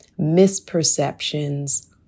misperceptions